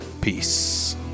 Peace